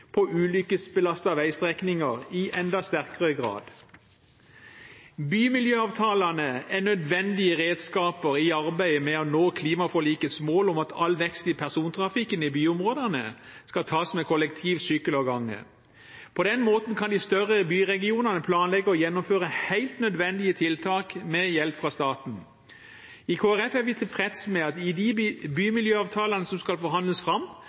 på ulykkesbelastede veistrekninger i enda sterkere grad. Bymiljøavtalene er nødvendige redskaper i arbeidet med å nå klimaforlikets mål om at all vekst i persontrafikken i byområdene skal tas med kollektiv, sykkel og gange. På den måten kan de større byregionene planlegge og gjennomføre helt nødvendige tiltak med hjelp fra staten. I Kristelig Folkeparti er vi tilfreds med at i de bymiljøavtalene som skal forhandles fram,